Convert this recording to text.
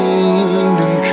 Kingdom